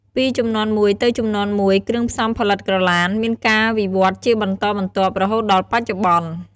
ពីជំនាន់មួយទៅជំនាន់មួយ គ្រឿងផ្សំផលិតក្រឡាន មានការវិវឌ្ឍជាបន្តបន្ទាប់រហូតដល់បច្ចុប្បន្ន។